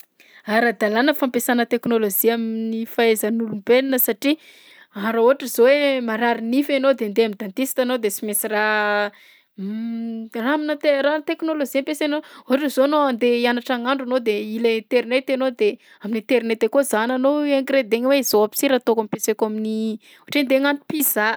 Ara-dalàna fampiasana teknôlôzia amin'ny fahaizan'olombelona satria raha ohatra zao hoe marary nify anao de andeha amin'ny dentiste anao de sy mainsy raha raha aminà te- rahan'ny teknôlôzia ampiasainao, ohatra zao anao andeha hianatra hagnandro anao de hila internet anao de amin'internet akao zahananao i ingrédients-gna hoe zao aby si raha ataoko ampiasako amin'ny ohatra hoe andeha hagnano pizza.